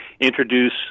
introduce